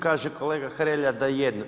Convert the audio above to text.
Kaže kolega Hrelja da jednu.